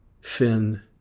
Fin